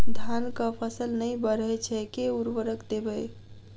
धान कऽ फसल नै बढ़य छै केँ उर्वरक देबै?